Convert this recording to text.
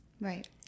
right